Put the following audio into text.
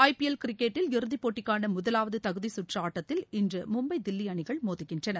ஐ PL கிரிக்கெட்டில் இறுதிப்போட்டிக்கானமுதலாவதுதகுதிக்கற்றுஆட்டத்தில் இன்றமும்பை தில்லிஅணிகள் மோறுகின்றன